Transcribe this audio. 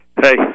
Hey